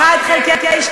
אני אומרת לכם: 1 חלקי 12,